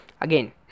Again